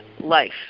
Life